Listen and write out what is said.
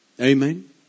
Amen